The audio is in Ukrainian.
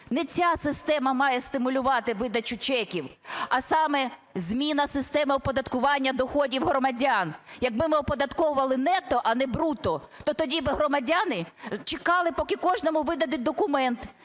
Не ця система має стимулювати видачу чеків, а саме зміна системи оподаткування доходів громадян. Якби ми оподатковували нетто а, не брутто, то тоді би громадяни чекали, поки кожному видадуть документ,